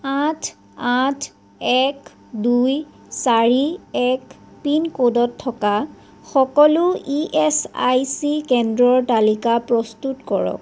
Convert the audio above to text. আঠ আঠ এক দুই চাৰি এক পিনক'ডত থকা সকলো ই এছ আই চি কেন্দ্ৰৰ তালিকা প্ৰস্তুত কৰক